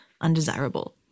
undesirable